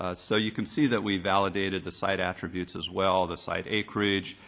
ah so you can see that we've validated the site attributes as well, the site acreage,